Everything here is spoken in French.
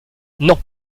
non